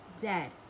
dead